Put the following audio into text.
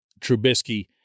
Trubisky